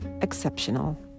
exceptional